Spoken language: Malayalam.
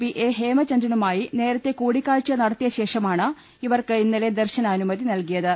പി എ ഹേമചന്ദ്രനുമായി നേരത്തെ കൂടിക്കാഴ്ച നടത്തിയശേഷമാണ് ഇവർക്ക് ഇന്നലെ ദർശനാനുമതി നൽകിയത്